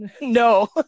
No